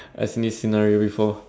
I've seen this scenario before